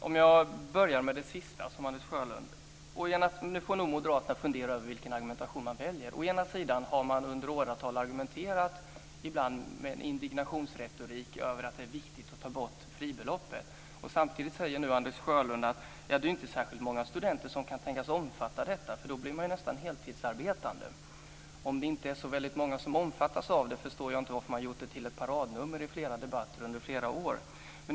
Fru talman! Jag börjar med det sista. Nu får moderaterna fundera över vilken argumentation de väljer. Å ena sidan har de under åratal argumenterat, ibland med indignationsretorik, över att det är viktigt att ta bort fribeloppet. Samtidigt säger Anders Sjölund att det inte är särskilt många studenter som kan tänkas omfattas av detta. Då blir de nästan heltidsarbetande. Om det inte är så många som omfattas, förstår jag inte varför man har gjort det till ett paradnummer i flera debatter under flera år.